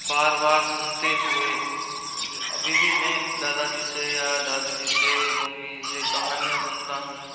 बार बार सुनते हुए अभी भी मैं दादा जी से या दादी जी से मम्मी से कहानियाँ सुनता हूँ